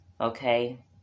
Okay